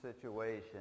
situation